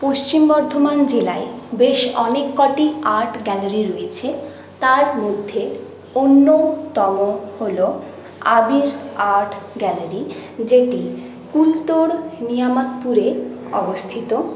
পশ্চিম বর্ধমান জেলায় বেশ অনেক কটি আর্ট গ্যালারি রয়েছে তার মধ্যে অন্যতম হল আবির আর্ট গ্যালারি যেটি কুলতোড় নিয়ামাতপুরে অবস্থিত